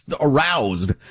aroused